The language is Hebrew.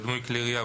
או דמוי כלי ירייה,